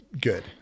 good